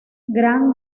gran